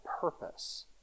purpose